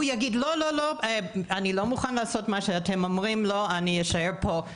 הוא יגיד אני לא מוכן לעשות מה שאתם אומרים ואני אשאר פה.